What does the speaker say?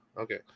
okay